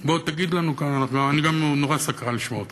בוא, תגיד לנו, אני גם נורא סקרן לשמוע אותך.